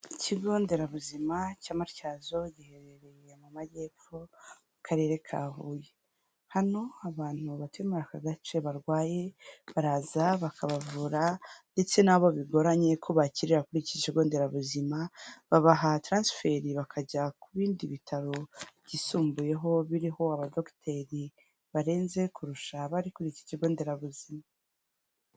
Ikigo nderabuzima cya Matyazo giherereye mu Majyepfo, mu Karere ka Huye. Hano abantu batuye muri aka gace barwaye, baraza bakabavura ndetse n'abo bigoranye ko bakirira kuri iki kigo nderabuzima, babaha taransiferi bakajya ku bindi bitaro byisumbuyeho, biriho abadogiteri barenze kurusha abari kuri iki kigo nderabuzima.